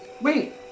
Wait